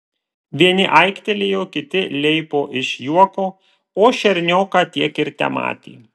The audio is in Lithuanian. vieni aiktelėjo kiti leipo iš juoko o šernioką tiek ir tematė